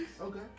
Okay